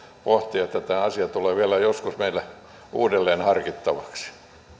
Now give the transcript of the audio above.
pohtia että tämä asia tulee vielä joskus meille uudelleen harkittavaksi